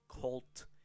cult